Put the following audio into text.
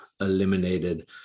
eliminated